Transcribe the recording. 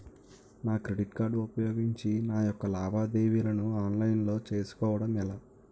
నా credit card ఉపయోగించి నా యెక్క లావాదేవీలను ఆన్లైన్ లో చేసుకోవడం ఎలా?